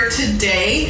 today